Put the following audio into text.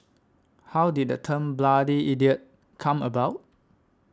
how did the term bloody idiot come about